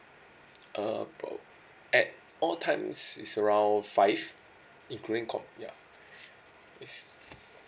uh about at all times is around five including co~ ya yes